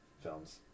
films